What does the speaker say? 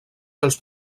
els